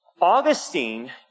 Augustine